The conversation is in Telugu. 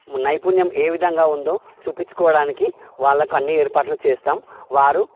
నైపుణ్యం ఏ విధంగా ఉందో చూపించుకోవడానికి వాళ్ళకు అన్నీ ఏర్పాట్లు చేస్తాం వారు